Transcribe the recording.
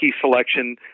selection